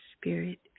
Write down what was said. spirit